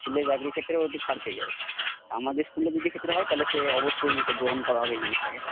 স্কুলে চাকরির ক্ষেত্রেও ও একটু ছাড় পেয়ে যাবে আমাদের স্কুলের যদি ক্ষেত্রে হয় তাহলে সে অবশ্যই একটু গ্রহণ করা হবে জিনিসটাকে